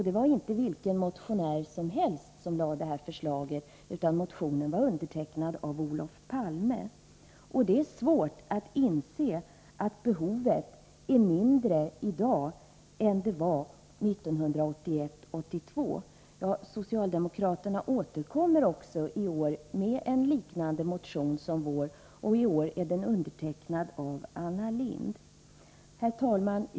Det var inte vilken motionär som helst som lade fram förslaget, utan motionen var undertecknad av Olof Palme. Det är svårt att inse att behovet är mindre i dag än det var 1981/82. Socialdemokraterna återkommer dessutom i år med en motion liknande vår. Årets motion är undertecknad Anna Lindh. Herr talman!